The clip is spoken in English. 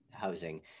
Housing